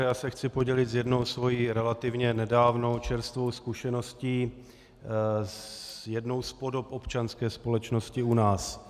Já se chci podělit s jednou svou relativně nedávnou čerstvou zkušeností s jednou z podob občanské společnosti u nás.